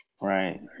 Right